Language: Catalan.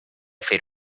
fer